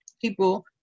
people